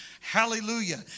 hallelujah